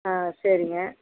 ஆ சரிங்க